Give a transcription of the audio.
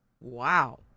Wow